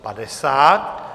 50.